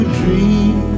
dream